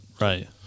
right